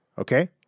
Okay